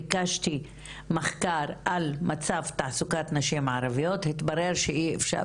בקשתי מחקר על מצב תעסוקת נשים ערביות והתברר שאי אפשר.